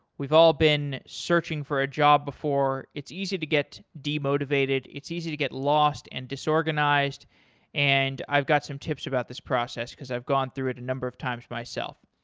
we've all been searching for a job before. it's easy to get demotivated. it's easy to get lost and disorganized and i've got some tips about this process because i've gone through a number of times myself.